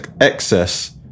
excess